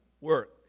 work